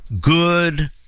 good